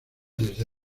desde